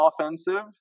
offensive